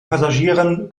passagieren